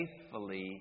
faithfully